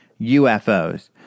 UFOs